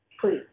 please